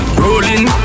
rolling